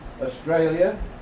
Australia